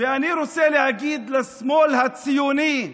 ואני רוצה להגיד לשמאל הציוני: